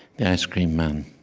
the ice-cream man.